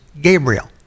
Gabriel